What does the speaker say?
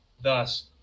thus